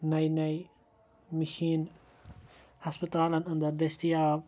نَیہ نَیہ مِشینہ ہَسپَتالَن اَندَر دٔستِیاب